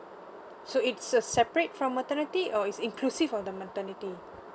so it's a separate from maternity or is inclusive of maternity